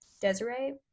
Desiree